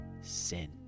sin